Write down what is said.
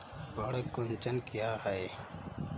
पर्ण कुंचन क्या है?